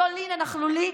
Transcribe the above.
אותו לין הנכלולי,